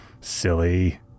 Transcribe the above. Silly